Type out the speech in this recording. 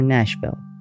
Nashville